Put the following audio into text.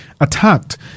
attacked